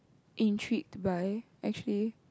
intrigued by actually